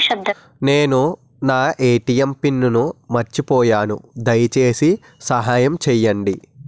నేను నా ATM pin మర్చిపోయాను, దయచేసి సహాయం చేయండి